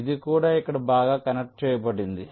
ఇది కూడా ఇక్కడ బాగా కనెక్ట్ చేయబడింది